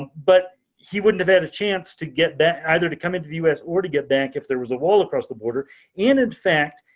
but he wouldn't have had a chance to get that either to come into the us or to get back if there was a wall across the border and in fact,